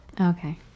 Okay